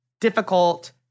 difficult